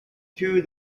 through